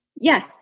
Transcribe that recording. Yes